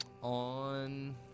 On